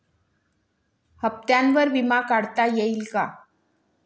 हप्त्यांवर विमा काढता येईल का?